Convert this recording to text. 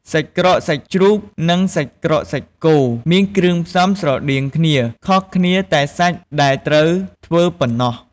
សាច់ក្រកសាច់ជ្រូក និងសាច់ក្រកសាច់គោ មានគ្រឿងផ្សំស្រដៀងគ្នាខុសគ្នាតែសាច់ដែលត្រូវធ្វើប៉ុណ្ណោះ។